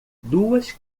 duas